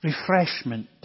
refreshment